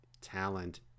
talent